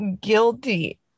guilty